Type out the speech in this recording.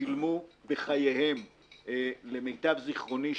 ששילמו בחייהם למיטב זיכרוני,